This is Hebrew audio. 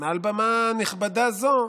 מעל במה נכבדה זו